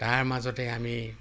তাৰ মাজতে আমি